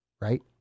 right